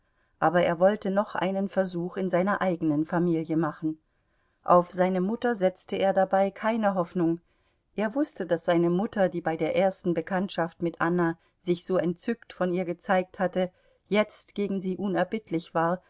aber er wollte noch einen versuch in seiner eigenen familie machen auf seine mutter setzte er dabei keine hoffnung er wußte daß seine mutter die bei der ersten bekanntschaft mit anna sich so entzückt von ihr gezeigt hatte jetzt gegen sie unerbittlich war